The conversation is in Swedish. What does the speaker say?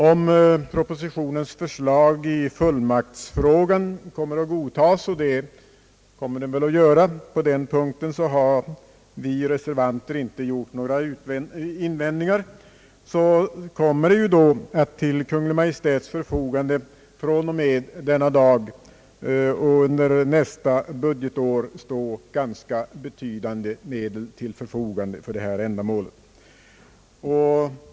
Om propositionens förslag i fullmaktsfrågan kommer att godtagas — så kommer väl att ske, ty på den punkten har vi reservanter inte gjort några invändningar — kommer att till Kungl. Maj:ts förfogande under nästa budgetår stå ganska betydande medel för detta ändamål.